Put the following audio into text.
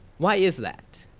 why is that?